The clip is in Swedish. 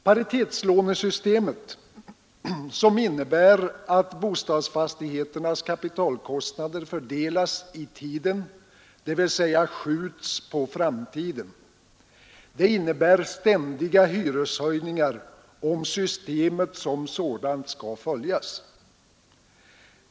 Paritetslånesystemet, som innebär att bostadsfastighetens kapitalkostnader fördelas i tiden, dvs. skjuts på framtiden, medför ständiga hyreshöjningar om systemet som sådant skall följas.